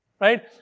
right